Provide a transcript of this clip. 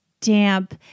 damp